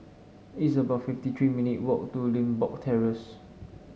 it's about fifty three minute walk to Limbok Terrace